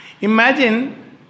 Imagine